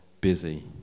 busy